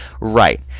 Right